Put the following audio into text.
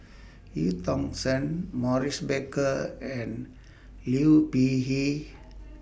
EU Tong Sen Maurice Baker and Liu Peihe